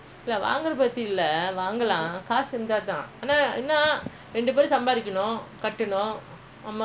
so tiring already